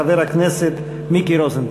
חבר הכנסת מיקי רוזנטל.